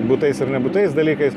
būdais ir nebūtais dalykais